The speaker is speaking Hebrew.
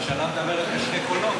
אבל הממשלה מדברת בשני קולות.